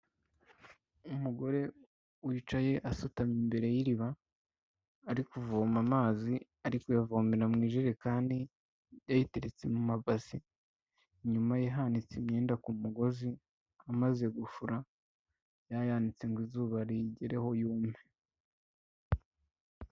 Umugore wicaye asutamye imbere y'iriba ari kuvoma amazi, ari kuyavomera mu ijerekani kandi ayiteretse mu mabazi, inyuma ye hanitse imyenda ku mugozi, amaze gufura yayanitse ngo izuba riyigereho yume.